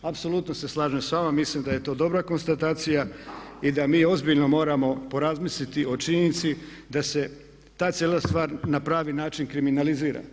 Apsolutno se slažem s vama, mislim da je to dobra konstatacija i da mi ozbiljno moramo porazmisliti o činjenici da se ta cijela stvar na pravi način kriminalizira.